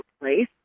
place